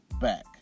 back